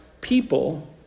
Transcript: people